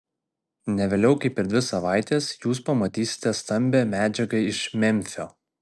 ne vėliau kaip per dvi savaites jūs pamatysite stambią medžiagą iš memfio